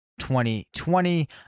2020